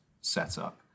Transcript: setup